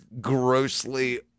grossly